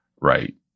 right